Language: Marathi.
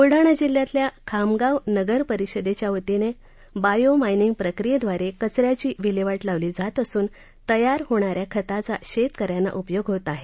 बुलडाणा जिल्ह्यातल्या खामगाव नगर परिषदेच्यावतीनं बायोमायनिंग प्रक्रियेद्वारे कचऱ्याची विल्हेवाट लावली जात असून तयार होणा या खताचा शेतकऱ्यांना उपयोग होत आहे